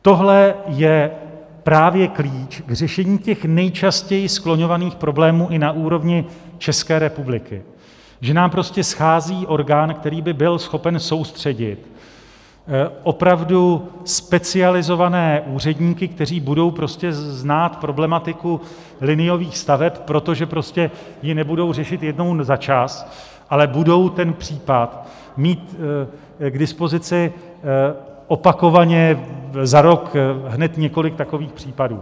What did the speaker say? Tohle je právě klíč k řešení nejčastěji skloňovaných problémů i na úrovni České republiky, že nám prostě schází orgán, který by byl schopen soustředit opravdu specializované úředníky, kteří budou znát problematiku liniových staveb, protože ji nebudou řešit jednou za čas, ale budou ten případ mít k dispozici opakovaně, za rok hned několik takových případů.